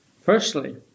Firstly